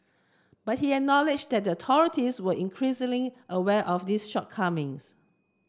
but he acknowledged that authorities were increasingly aware of these shortcomings